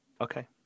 Okay